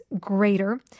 greater